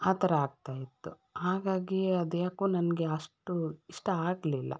ಆ ಥರ ಆಗ್ತಾ ಇತ್ತು ಹಾಗಾಗಿ ಅದು ಯಾಕೋ ನನಗೆ ಅಷ್ಟು ಇಷ್ಟ ಆಗಲಿಲ್ಲ